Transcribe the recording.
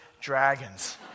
Dragons